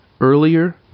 earlier